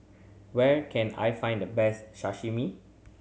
where can I find the best Sashimi